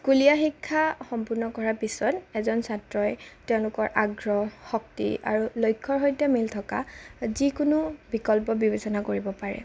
স্কুলীয়া শিক্ষা সম্পূৰ্ণ কৰাৰ পিছত এজন ছাত্ৰই তেওঁলোকৰ আগ্ৰহ শক্তি আৰু লক্ষ্যৰ সৈতে মিল থকা যিকোনো বিকল্প বিবেচনা কৰিব পাৰে